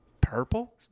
purple